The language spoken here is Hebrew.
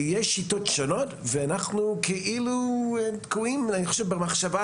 יש שיטות שונות ואנחנו כאילו תקועים במחשבה